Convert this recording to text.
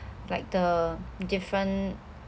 like the different